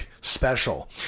special